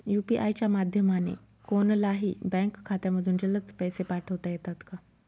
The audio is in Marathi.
यू.पी.आय च्या माध्यमाने कोणलाही बँक खात्यामधून जलद पैसे पाठवता येतात का?